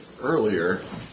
earlier